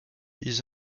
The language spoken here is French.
ils